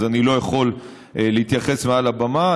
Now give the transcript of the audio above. אז אני לא יכול להתייחס מעל הבמה.